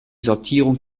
sortierung